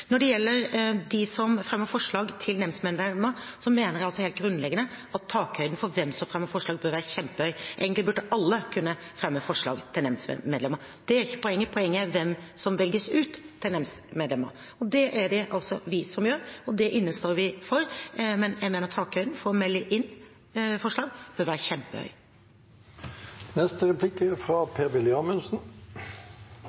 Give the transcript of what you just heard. Når det gjelder hvem som fremmer forslag til nemndmedlemmer, mener jeg det er helt grunnleggende at takhøyden for hvem som kan fremme forslag, bør være kjempehøy. Egentlig burde alle kunne fremme forslag til nemndmedlemmer. Det er ikke poenget. Poenget er hvem som velges ut som nemndmedlemmer. Det er det altså vi som gjør, og det innestår vi for, men jeg mener takhøyden for å melde inn forslag bør være